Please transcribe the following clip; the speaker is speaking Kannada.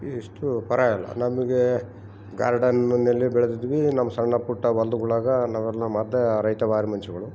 ಇಷ್ಟು ಪರಯಿಲ್ಲ ನಮಗೆ ಗಾರ್ಡನ್ ಒಂದಲ್ಲಿ ಬೆಳದ್ವಿ ನಮ್ಮ ಸಣ್ಣ ಪುಟ್ಟ ಹೊಲ್ದೊಳಗ ನಾವು ಅದನ್ನ ಮಾರ್ದ ರೈತ ಗಾರ್ಮೆನ್ಸ್ಗಳು